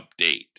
update